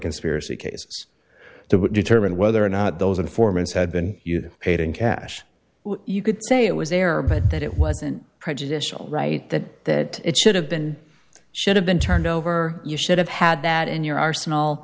conspiracy cases to determine whether or not those informants had been you paid in cash you could say it was there but that it wasn't prejudicial right that it should have been should have been turned over you should have had that in your arsenal